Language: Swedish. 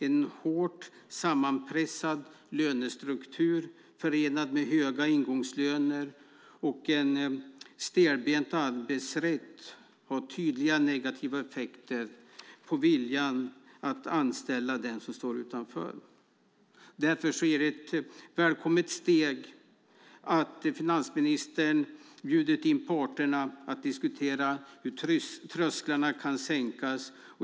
En hårt sammanpressad lönestruktur förenad med höga ingångslöner och en stelbent arbetsrätt gav tydliga negativa effekter på viljan att anställa den som stod utanför. Därför är det ett välkommet steg att finansministern bjudit in parterna till att diskutera hur trösklarna kan sänkas.